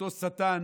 אותו שטן